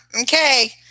Okay